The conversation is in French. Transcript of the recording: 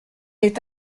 est